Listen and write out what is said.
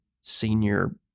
senior